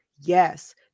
Yes